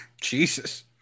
Jesus